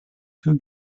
two